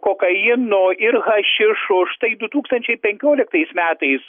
kokaino ir hašišo štai du tūkstančiai penkioliktais metais